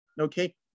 Okay